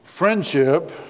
Friendship